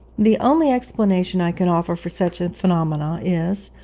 the only explanation i can offer for such a phenomenon is,